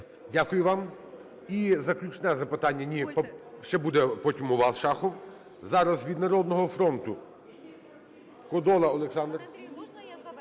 Дякую вам. І заключне запитання. Ні, ще буде потім у вас, Шахов. Зараз від "Народного фронту"